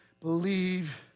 believe